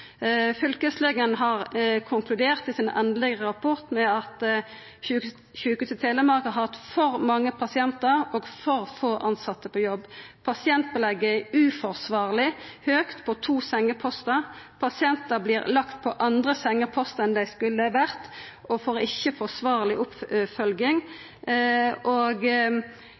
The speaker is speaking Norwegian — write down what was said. Fylkeslegen har konkludert i sin endelege rapport med at Sykehuset Telemark har hatt for mange pasientar og for få tilsette på jobb. Pasientbelegget er uforsvarleg høgt på to sengepostar. Pasientar vert lagde på andre sengepostar enn dei skulle vore og får ikkje forsvarleg oppfølging. I rapporten vert tre dødsfall kopla mot situasjonar med høgt belegg, og